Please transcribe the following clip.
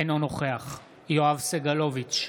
אינו נוכח יואב סגלוביץ'